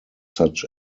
such